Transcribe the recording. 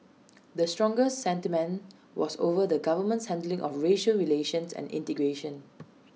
the strongest sentiment was over the government's handling of racial relations and integration